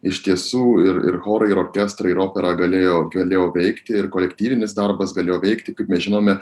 iš tiesų ir ir chorai ir orkestrai ir opera galėjo galėjo veikti ir kolektyvinis darbas galėjo veikti kaip mes žinome